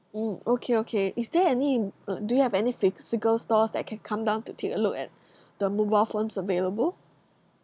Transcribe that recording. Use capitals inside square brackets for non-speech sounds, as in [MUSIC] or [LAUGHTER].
mm okay okay is there any [NOISE] uh do you have any physical stores that I can come down to take a look at the mobile phones available